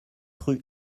rue